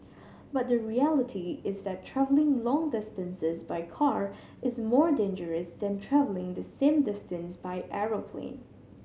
but the reality is that travelling long distances by car is more dangerous than travelling the same distance by aeroplane